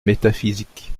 métaphysique